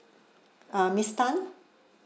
uh miss tan